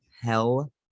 Hell